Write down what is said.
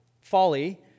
folly